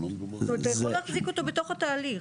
זאת אומרת, יכולים להחזיק אותו בתוך התהליך.